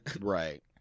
Right